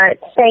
Thank